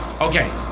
Okay